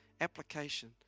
Application